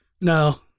No